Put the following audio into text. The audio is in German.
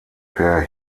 per